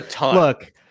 look